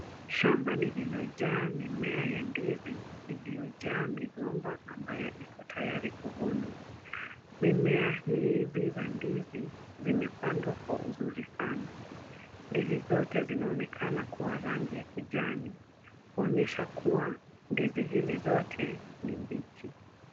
Shamba lililojaa mimea ya ndizi iliyojaa migomba ambayo iko tayari kuvunwa. Mimea hizi za ndizi zimepandwa kwa uzuri sana. Ndizi zote zinaonekana kuwa rangi ya kijani kuonyesha kuwa ndizi hizi zote ni mbichi.